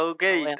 Okay